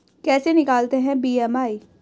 कैसे निकालते हैं बी.एम.आई?